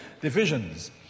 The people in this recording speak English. divisions